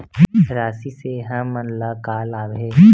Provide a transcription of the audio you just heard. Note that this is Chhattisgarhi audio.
राशि से हमन ला का लाभ हे?